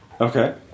Okay